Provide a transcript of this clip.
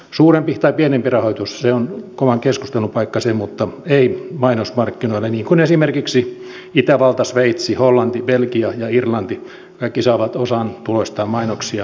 suurempi tai pienempi rahoitus se on kovan keskustelun paikka se mutta ei mainosmarkkinoille niin kuin esimerkiksi itävalta sveitsi hollanti belgia ja irlanti saavat kaikki osan tuloistaan mainoksia myymällä